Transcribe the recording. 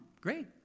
great